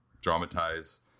dramatize